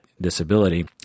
disability